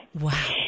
Wow